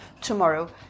tomorrow